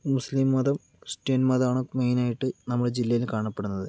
മുസ്ലിം മതം ക്രിസ്ത്യൻ മതമാണ് മെയിനായിട്ട് നമ്മുടെ ജില്ലയില് കാണപ്പെടുന്നത്